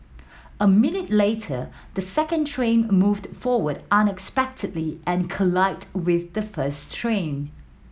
a minute later the second train moved forward unexpectedly and collided with the first train